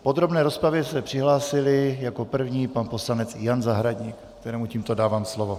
V podrobné rozpravě se přihlásil jako první pan poslanec Jan Zahradník, kterému tímto dávám slovo.